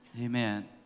Amen